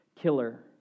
killer